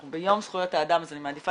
אנחנו ביום זכויות האדם אז אני מעדיפה